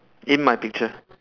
in my picture